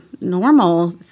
normal